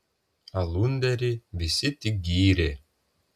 alunderį visi tik gyrė